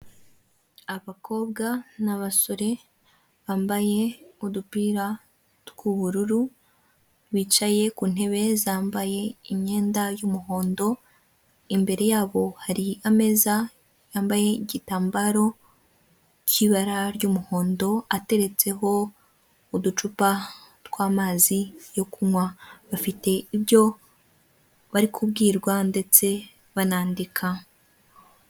Abakobwa n'abasore bambaye udupira tw'uibururu, bicaye ku ntebe zambaye imyenda y'umuhondo, imbere yabo hari ameza yambaye igitambaro cy'ibara ry'umuhondo, ateretseho uducupa tw'amazi yo kunywa, bafite ibyo bari kubwirwa ndetse banandika.